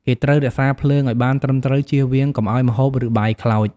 គេត្រូវរក្សាភ្លើងឱ្យបានត្រឹមត្រូវ ជៀសវាងកុំឱ្យម្ហូប ឬ បាយខ្លោច។